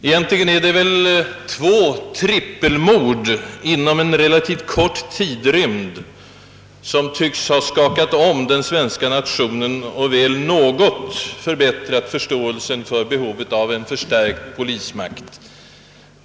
Egentligen är det väl två trippelmord inom en relativt kort tidrymd som har skakat om den svenska nationen och dock något förbättrat förståelsen för behovet av en förstärkt polismakt.